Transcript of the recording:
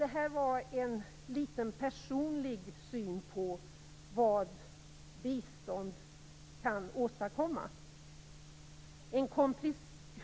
Det här var en litet personlig syn på vad bistånd kan åstadkomma.